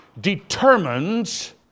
determines